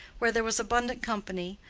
where there was abundant company,